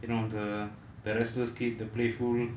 you know the the restless kid the playful